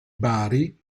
bari